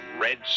Red